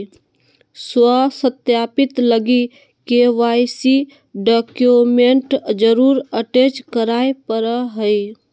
स्व सत्यापित लगी के.वाई.सी डॉक्यूमेंट जरुर अटेच कराय परा हइ